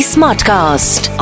Smartcast